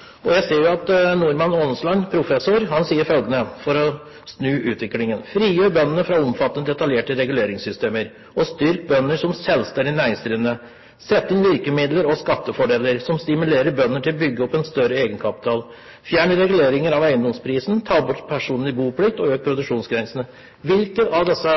fortsetter. Jeg ser at Normann Aanesland, professor, sier følgende om hvordan man kan snu utviklingen: «Frigjør bøndene fra et omfattende detaljert reguleringssystem, og styrk bøndene som selvstendig næringsdrivende. Sett inn virkemidler og skattefordeler som stimulerer bøndene til å bygge opp en større egenkapital. Fjern reguleringene av eiendomsprisene, ta bort den personlige boplikten og øk produksjonsgrensene.» Hvilke av disse